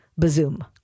Bazoom